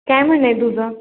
काय म्हणणं आहे तुझं